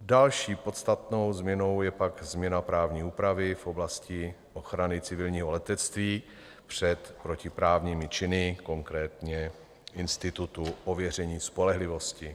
Další podstatnou změnou je pak změna právní úpravy v oblasti ochrany civilního letectví před protiprávními činy, konkrétně institutu ověření spolehlivosti.